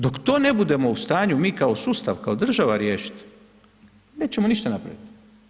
Dok to ne budemo u stanju mi kao sustav, kao država, riješiti nešećemo ništa napraviti.